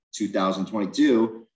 2022